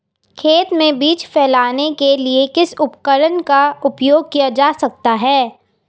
खेत में बीज फैलाने के लिए किस उपकरण का उपयोग किया जा सकता है?